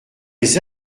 les